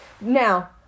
Now